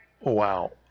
wow